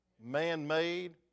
Man-made